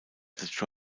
the